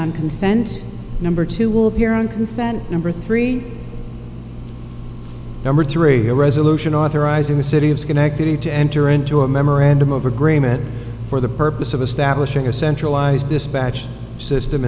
on consent number two will appear on consent number three number three a resolution authorizing the city of schenectady to enter into a memorandum of agreement for the purpose of establishing a centralized dispatch system